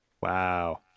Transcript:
wow